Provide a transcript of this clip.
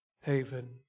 haven